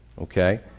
okay